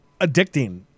addicting